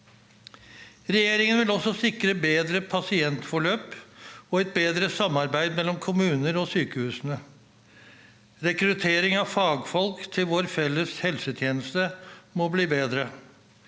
Regjeringen vil også sikre bedre pasientforløp og et bedre samarbeid mellom kommuner og sykehusene. Rekrutteringen av fagfolk til vår felles helsetjeneste må bli bedre.